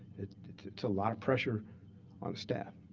it's it's a lot of pressure on the staff.